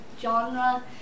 genre